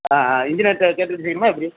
ஆ ஆ இன்ஜினியர்கிட்ட கேட்டுக்கிட்டு செய்யணுமா எப்படி